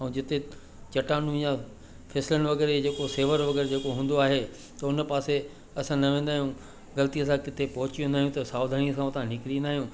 ऐं जिते चट्टानूं या फिसलनि वग़ैरह या इहो जेको सेंवर वग़ैरह हूंदो आहे त उन पासे असां न वेंदा आहियूं ग़लतीअ सां किथे पहुची वेंदा आहियूं त सावधानीअ सां उतां निकिरी ईंदा आहियूं